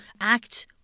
act